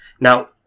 Now